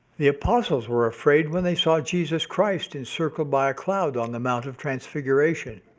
the apostles were afraid when they saw jesus christ encircled by a cloud on the mount of transfiguration.